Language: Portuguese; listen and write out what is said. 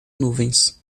nuvens